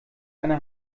eine